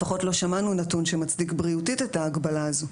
לפחות לא שמענו נתון שמצדיק בריאותית את ההגבלה הזו.